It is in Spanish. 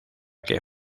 que